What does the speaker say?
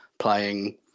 playing